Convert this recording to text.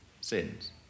sins